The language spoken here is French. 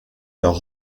leur